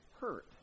hurt